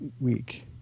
week